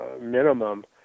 minimum